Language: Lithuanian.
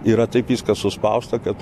yra taip viskas suspausta kad